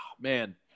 Man